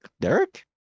Derek